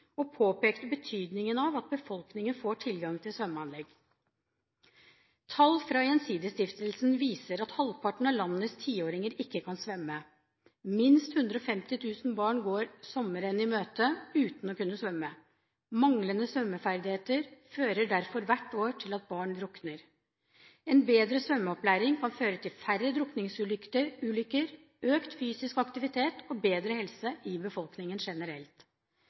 og påpekte betydningen av at befolkningen får tilgang til svømmeanlegg. Tall fra Gjensidigestiftelsen viser at halvparten av landets tiåringer ikke kan svømme. Minst 150 000 barn går sommeren i møte uten å kunne svømme. Manglende svømmeferdigheter fører derfor hvert år til at barn drukner. En bedre svømmeopplæring kan føre til færre drukningsulykker, økt fysisk aktivitet og bedre helse i befolkningen generelt.